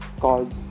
cause